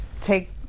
take